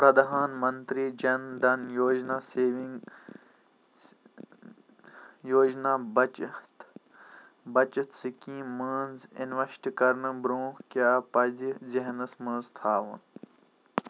Pradhan Mantri Jan Dhan Yojana saving یوجنا بَچت بَچت سِکیٖم منٛز اِنویسٹ کَرنہٕ برٛونٛہہ کیٛاہ پزِ ذہنَس منٛز تھاوُن